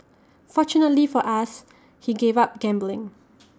fortunately for us he gave up gambling